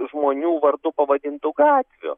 žmonių vardu pavadintų gatvių